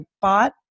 bought